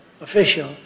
official